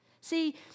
See